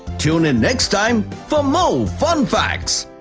tune in next time for more fun facts.